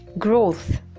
Growth